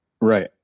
right